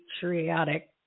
Patriotic